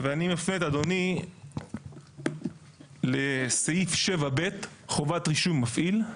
ואני מפנה את אדוני לסעיף 7(ב) חובת רישוי מפעיל.